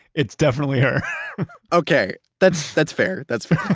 it's definitely her okay. that's that's fair, that's fair.